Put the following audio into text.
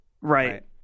Right